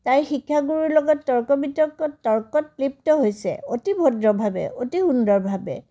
তাইৰ শিক্ষা গুৰুৰ লগত তৰ্ক বিতৰ্কত তৰ্কত লিপ্ত হৈছে অতি ভদ্ৰভাৱে অতি সুন্দৰভাৱে